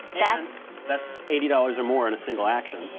that's. that's eighty dollars or more in a single action.